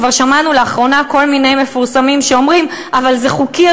כבר שמענו לאחרונה כל מיני מפורסמים שאומרים: אבל זה חוקי,